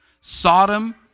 Sodom